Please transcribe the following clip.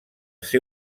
ser